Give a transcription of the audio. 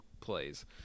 plays